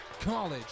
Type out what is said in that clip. college